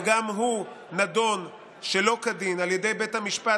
וגם הוא נדון שלא כדין על ידי בית המשפט,